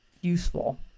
useful